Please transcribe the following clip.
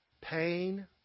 pain